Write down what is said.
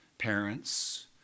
Parents